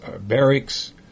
barracks